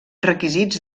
requisits